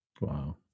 Wow